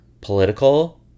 political